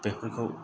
बेफोरखौ